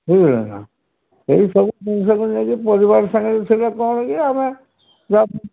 ବୁଝିଲେ ନା ଏଇ ସବୁ ଜିନିଷକୁ ନେଇକି ପରିବାର ସାଙ୍ଗରେ ଥିଲେ କ'ଣ କି ଆମେ